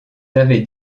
avaient